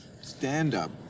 stand-up